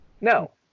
No